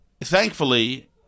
thankfully